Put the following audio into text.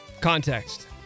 Context